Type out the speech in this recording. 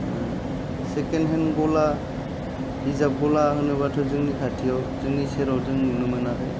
second hand गला बिजाब गला होनोबाथ' जोंनि खाथियाव जोंनि सेराव जों नुनो मोनाखै